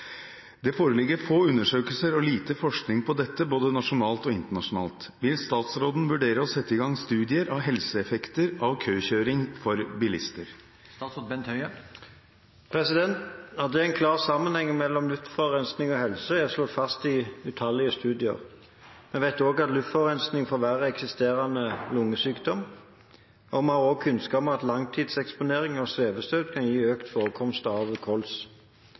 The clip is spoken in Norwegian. Det foreligger få undersøkelser og lite forskning på dette både nasjonalt og internasjonalt. Vil statsråden vurdere å sette i gang studier på helseeffekter i forbindelse med køkjøring for bilister?» At det er en klar sammenheng mellom luftforurensing og helse, er slått fast i utallige studier. Vi vet også at luftforurensing forverrer eksisterende lungesykdom. Vi har også kunnskap om at langtidseksponering for svevestøv kan gi økt forekomst av